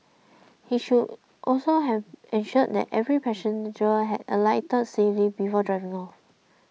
he should also have ensured that every passenger had alighted safely before driving off